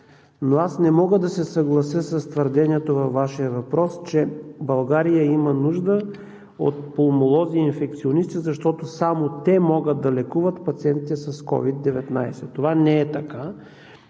но аз не мога да се съглася с твърденето във Вашия въпрос, че България има нужда от пулмолози и инфекционисти, защото само те могат да лекуват пациентите с COVID-19. Това не е така.